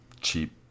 cheap